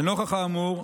לנוכח האמור,